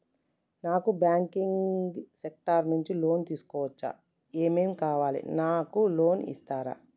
నాకు banking sector నుంచి loan తీసుకోవచ్చా? ఏమేం కావాలి? నాకు లోన్ ఇస్తారా?